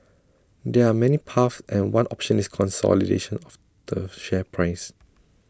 there are many paths and one option is consolidation of the share price